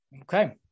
Okay